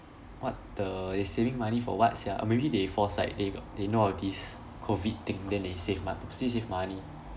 what the they saving money for what sia or maybe they foresight they they know of this COVID thing then they save mo~ save save money